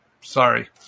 sorry